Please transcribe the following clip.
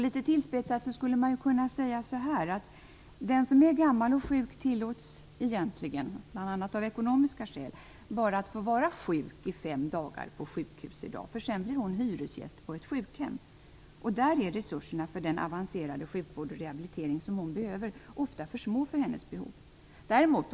Litet tillspetsat skulle man kunna säga att den som är gammal och sjuk tillåts i dag egentligen - bl.a. av ekonomiska skäl - att få vara sjuk bara i fem dagar på sjukhus. Sedan blir man hyresgäst på ett sjukhem. Där är resurserna för den avancerade sjukvård och rehabilitering som krävs ofta för små i förhållande till de behov som finns.